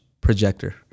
projector